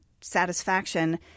satisfaction